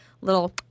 Little